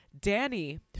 Danny